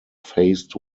faced